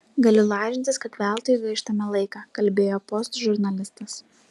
galiu lažintis kad veltui gaištame laiką kalbėjo post žurnalistas